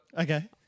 Okay